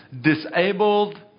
disabled